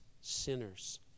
sinners